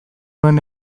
nuen